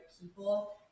people